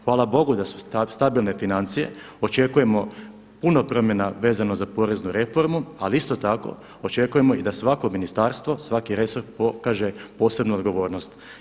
Hvala Bogu da su stabilne financije, očekujemo puno promjena vezano za poreznu reformu ali isto tako očekujemo i da svako ministarstvo, svaki resor pokaže posebnu odgovornost.